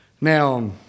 now